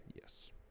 Yes